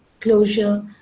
closure